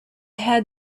had